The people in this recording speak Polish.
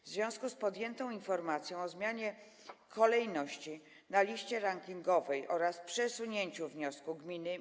W związku z informacją o zmianie kolejności na liście rankingowej oraz przesunięciem wniosku gminy